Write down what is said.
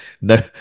no